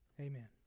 Amen